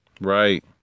Right